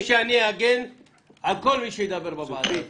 אני הבטחתי שאני אגן על כל מי שידבר בוועדה הזאת.